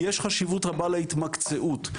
יש חשיבות רבה להתמקצעות,